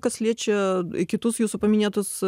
kas liečia kitus jūsų paminėtus